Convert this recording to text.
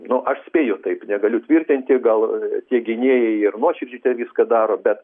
nu aš spėju taip negaliu tvirtinti gal tie gynėjai ir nuoširdžiai viską daro bet